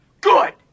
Good